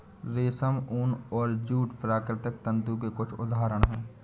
रेशम, ऊन और जूट प्राकृतिक तंतु के कुछ उदहारण हैं